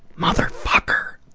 motherfucker!